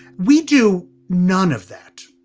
we do none of that.